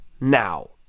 now